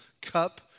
cup